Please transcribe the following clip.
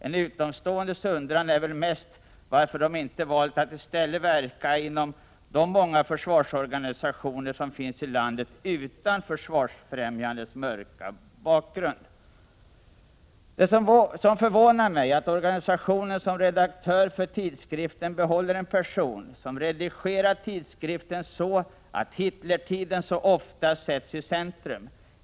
En utomståendes undran är väl mest varför de inte har valt att i stället verka inom de många försvarsorganisationer i landet som inte har Försvarsfrämjandets mörka bakgrund. Det som förvånar mig är att organisationen som redaktör för tidskriften behåller en person som redigerar tidskriften så, att Hitlertiden så ofta sätts i centrum.